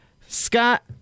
Scott